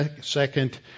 second